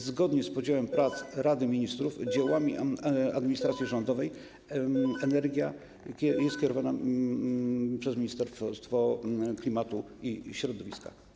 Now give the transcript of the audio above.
Zgodnie z podziałem prac Rady Ministrów dział administracji rządowej: energia jest kierowany przez Ministerstwo Klimatu i Środowiska.